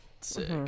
sick